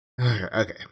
Okay